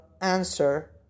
answer